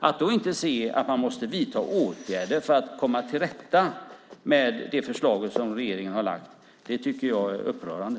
Att inte se att man måste vidta åtgärder för att komma till rätta med det förslag som regeringen har lagt fram tycker jag är upprörande.